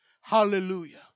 Hallelujah